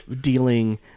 dealing